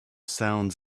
sounds